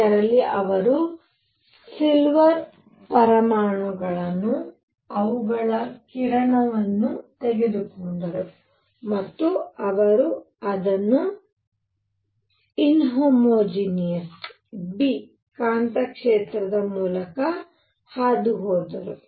ಇದರಲ್ಲಿ ಅವರು ಸಿಲ್ವರ್ ಪರಮಾಣುಗಳನ್ನು ಅವುಗಳ ಕಿರಣವನ್ನು ತೆಗೆದುಕೊಂಡರು ಮತ್ತು ಅವರು ಅದನ್ನು ಇನಹೊಂಜಿನಿಯಸ್ B ಕಾಂತಕ್ಷೇತ್ರದ ಮೂಲಕ ಹಾದುಹೋದರು